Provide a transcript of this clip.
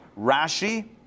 Rashi